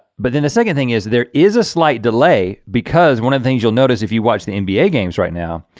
but then the second thing is there is a slight delay because one of the things you'll notice if you watch the nba games right now,